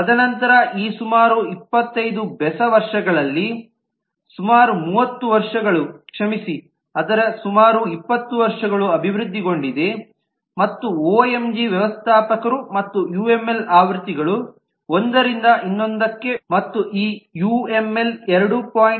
ತದನಂತರ ಈ ಸುಮಾರು 25 ಬೆಸ ವರ್ಷಗಳಲ್ಲಿ ಸುಮಾರು 30 ವರ್ಷಗಳು ಕ್ಷಮಿಸಿ ಅದರ ಸುಮಾರು 20 ವರ್ಷಗಳು ಅಭಿವೃದ್ಧಿಗೊಂಡಿವೆ ಮತ್ತು ಒಎಂಜಿ ವ್ಯವಸ್ಥಾಪಕರು ಮತ್ತು ಯುಎಂಎಲ್ ಆವೃತ್ತಿಗಳು ಒಂದರಿಂದ ಇನ್ನೊಂದಕ್ಕೆ ಮತ್ತು ಈ ಯುಎಂಎಲ್ 2